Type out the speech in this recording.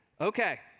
Okay